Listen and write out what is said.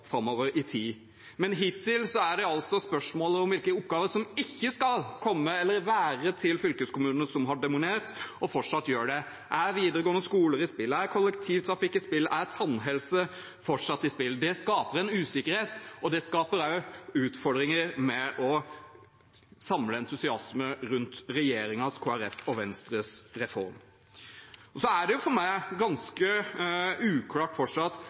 framover i tid. Men hittil er det spørsmålet om hvilke oppgaver som ikke skal komme under eller ligge til fylkeskommunene, som har dominert, og fortsatt gjør det. Er videregående skoler i spill, er kollektivtrafikk i spill, er tannhelse fortsatt i spill? Det skaper en usikkerhet, og det skaper også utfordringer med å samle entusiasme rundt regjeringen, Kristelig Folkeparti og Venstres reform. Så er det for meg fortsatt ganske uklart